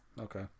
Okay